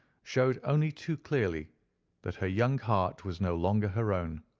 showed only too clearly that her young heart was no longer her own.